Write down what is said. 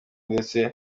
ndetse